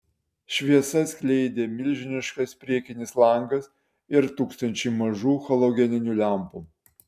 šviesą skleidė milžiniškas priekinis langas ir tūkstančiai mažų halogeninių lempų